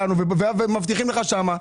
מבטיחים לך שם,